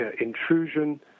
intrusion